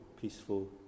peaceful